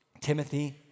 Timothy